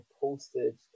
posted